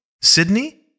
Sydney